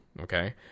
okay